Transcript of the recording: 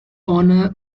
honor